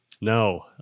no